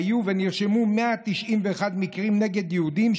היו ונרשמו 191 מקרים נגד יהודים,